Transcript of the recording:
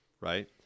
Right